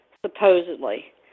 supposedly